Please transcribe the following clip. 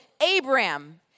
Abraham